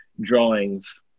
Drawings